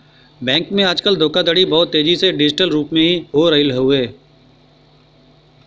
bank में आजकल धोखाधड़ी बहुत तेजी से डिजिटल रूप में हो रहल हउवे